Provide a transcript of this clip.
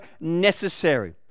necessary